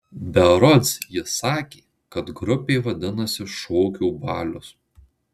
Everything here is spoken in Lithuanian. berods ji sakė kad grupė vadinasi šokių balius